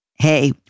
Hey